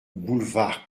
boulevard